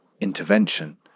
intervention